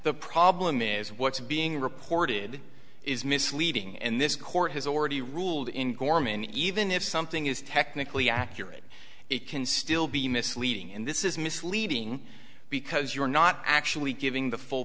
the problem is what's being reported is misleading and this court has already ruled in gorman even if something is technically accurate it can still be misleading and this is misleading because you're not actually giving the full